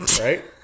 right